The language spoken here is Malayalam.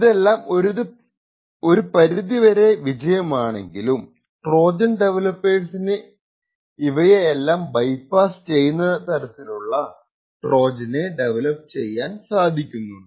ഇതെല്ലം ഒരു പരിധി വരെ വിജയമാണെങ്കിലും ട്രോജൻ ഡെവലപ്പേഴ്സിന് ഇവയെയെല്ലാം ബൈപാസ് ചെയ്യുനതരത്തിലുള്ള ട്രോജനെ ഡെവലപ്പ് ചെയ്യാൻ സാദിക്കുന്നുണ്ട്